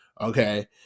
Okay